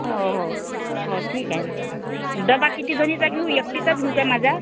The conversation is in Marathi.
हो हो हो ठीक आहे ना डबा किती जणीचा घेऊ एकटीचा घेऊ काय माझा